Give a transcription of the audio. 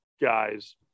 guys